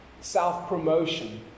self-promotion